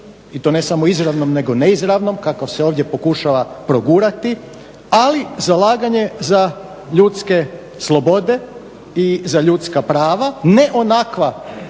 i to ne samo izravnom nego neizravnom kakav se ovdje pokušava progurati, ali zalaganje za ljudske slobode i za ljudska prava ne onakva